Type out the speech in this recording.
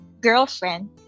girlfriend